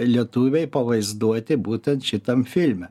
lietuviai pavaizduoti būtent šitam filme